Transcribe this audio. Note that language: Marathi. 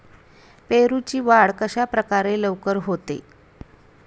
पेरूची वाढ कशाप्रकारे लवकर होते?